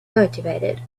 motivated